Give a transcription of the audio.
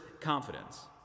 confidence